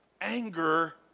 anger